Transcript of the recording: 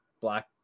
Black